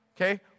Okay